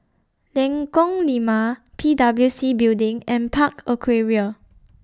Lengkong Lima P W C Building and Park Aquaria